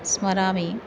स्मरामि